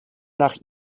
nach